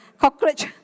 cockroach